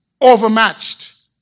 overmatched